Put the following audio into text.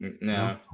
No